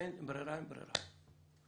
כשאין ברירה, אין ברירה.